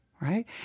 Right